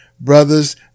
Brothers